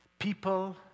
People